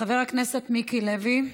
חבר הכנסת מיקי לוי,